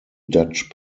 dutch